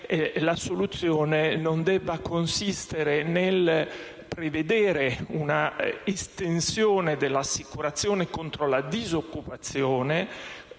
la soluzione non debba consistere nel prevedere un'estensione dell'assicurazione contro la disoccupazione